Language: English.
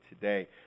today